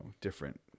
different